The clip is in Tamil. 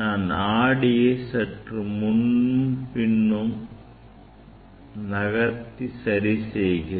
நான் ஆடியை சற்று முன்னும் பின்னும் நகர்த்தி சரி செய்கிறேன்